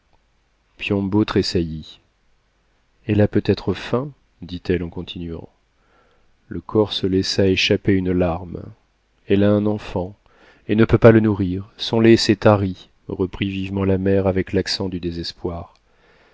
piombo tressaillit elle a peut-être faim dit-elle en continuant le corse laissa échapper une larme elle a un enfant et ne peut pas le nourrir son lait s'est tari reprit vivement la mère avec l'accent du désespoir